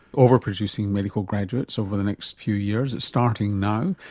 over-producing medical graduates over the next few years. it's starting now.